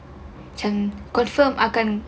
macam confirm akan